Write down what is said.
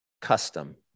custom